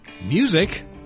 Music